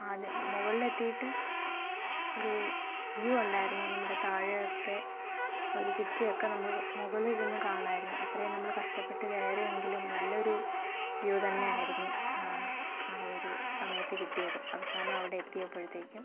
ആദ്യം മുകളിൽ എത്തിയിട്ട് ഒരു വ്യൂ ഉണ്ടായിരുന്നു നമ്മുടെ താഴെ ഒക്കെ ഒരു സിറ്റി ഒക്കെ നമുക്ക് മുകളിൽ ഇരുന്ന് കാണായിരുന്നു അത്രയും നമ്മൾ കഷ്ടപ്പെട്ട് കേറിയെങ്കിലും നല്ലൊരു വ്യൂ തന്നെ ആയിരുന്നു ആ ഒരു സമയത്ത് കിട്ടിയത് അവസാനം അവിടെ എത്തിയപ്പൊഴത്തേക്കും